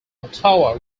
ottawa